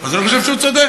אז אני חושב שהוא צודק.